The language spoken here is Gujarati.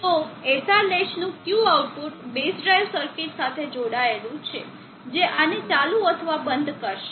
તો SR લેચ નું Q output base drive circuit સાથે જોડાયેલું છે જે આને ચાલુ અથવા બંધ કરશે